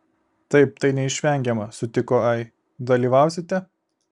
taip tai neišvengiama sutiko ai dalyvausite